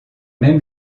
même